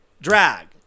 drag